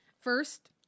first